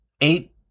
Eight